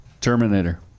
Terminator